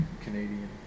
Canadian